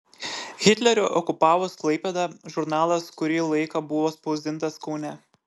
hitleriui okupavus klaipėdą žurnalas kurį laiką buvo spausdintas kaune